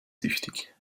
süchtig